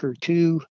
Two